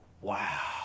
wow